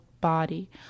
body